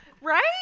Right